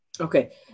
Okay